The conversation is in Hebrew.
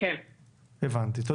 הוא היה מורחב יותר.